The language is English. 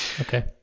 Okay